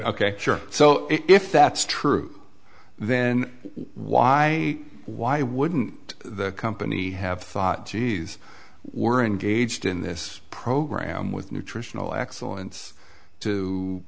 ok so if that's true then why why wouldn't the company have thought geez we're engaged in this program with nutritional excellence to